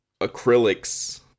acrylics